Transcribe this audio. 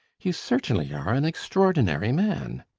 you certainly are an extraordinary man!